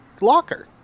locker